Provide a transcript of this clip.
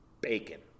Bacon